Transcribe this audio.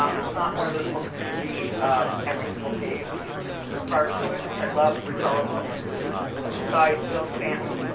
um it's not one of those books that you read every single page, you just refer to it, which i love referral books and this guy, bill stanton,